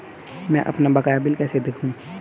मैं अपना बकाया बिल कैसे देखूं?